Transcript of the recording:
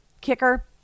kicker